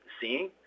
seeing